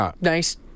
nice